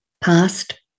past